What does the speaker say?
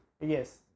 Yes